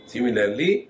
Similarly